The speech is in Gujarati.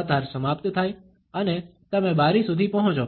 કતાર સમાપ્ત થાય અને તમે બારી સુધી પહોંચો